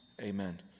Amen